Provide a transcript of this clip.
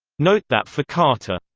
note that for carter,